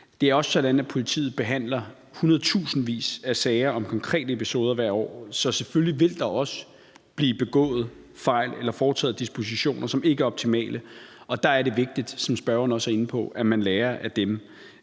Det er også sådan, at politiet behandler hundredtusindvis af sager om konkrete episoder hvert år, så selvfølgelig vil der også blive begået fejl eller foretaget dispositioner, som ikke er optimale, og der er det vigtigt, som spørgeren også er inde på, at man lærer af dem.